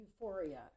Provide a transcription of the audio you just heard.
euphoria